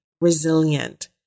resilient